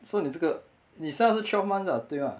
so 你这个你 sign 的是 twelve months ah 对吗